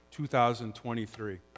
2023